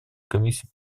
комиссии